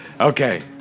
Okay